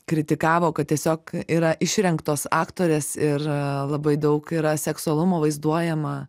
kritikavo kad tiesiog yra išrengtos aktorės ir labai daug yra seksualumų vaizduojama